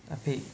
Ah Pei